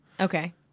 Okay